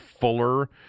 Fuller